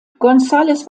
gonzález